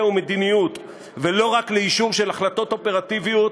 ומדיניות ולא רק לאישור של החלטות אופרטיביות,